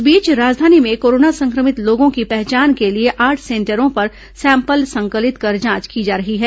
इस बीच राजधानी में कोरोना संक्रमित लोगों की पहचान के लिए आठ सेंटरों पर सैंपल संकलित कर जांच की जा रही है